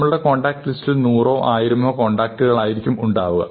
നമ്മുടെ കോൺടാക്ട് ലിസ്റ്റിൽ നൂറോ ആയിരമോ കോൺടാക്റ്റുകൾ ആയിരിക്കും ഉണ്ടാവുക